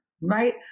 right